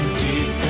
deep